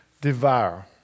devour